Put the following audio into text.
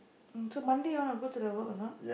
so Monday you want to go the work or not